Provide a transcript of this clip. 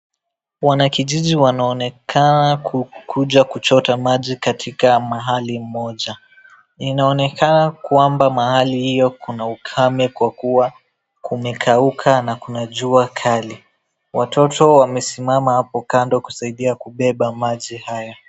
Wanakijiji wanaonekana Kuja kuchota maji katika mahali moja. Inaonekana kuamba mahali iyo kuna ukame kwa kuwa kuneka uka na kunajua kali. Watoto wamesimama apo kando kusaidia kubeba maji haya.